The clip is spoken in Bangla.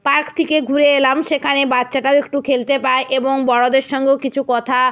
পার্ক থেকে ঘুরে এলাম সেখানে বাচ্চাটাও একটু খেলতে পায় এবং বড়দের সঙ্গেও কিছু কথা